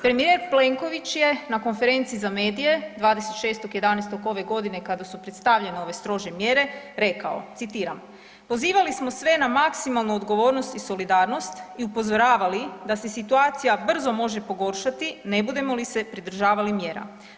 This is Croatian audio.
Premijer Plenković je na konferenciji za medije 26.11. ove godine kada su predstavljene ove strože mjere rekao, citiram: „Pozivali smo sve na maksimalnu odgovornost i solidarnost i upozoravali da se situacija brzo može pogoršati ne budemo li se pridržavali mjera.